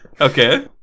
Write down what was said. okay